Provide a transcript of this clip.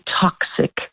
toxic